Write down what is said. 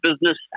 business